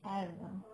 I don't know